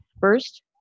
First